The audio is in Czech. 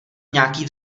nějaký